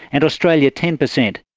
and australia ten percent.